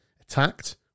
attacked